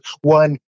One